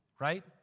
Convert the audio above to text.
Right